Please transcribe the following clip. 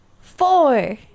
Four